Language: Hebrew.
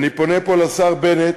אני פונה פה לשר בנט,